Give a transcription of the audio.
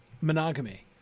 monogamy